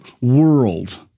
world